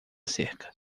cerca